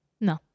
No